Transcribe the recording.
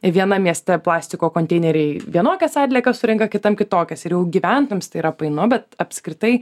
vienam mieste plastiko konteineriai vienokias atliekas surenka kitam kitokias ir jau gyventojams tai yra painu bet apskritai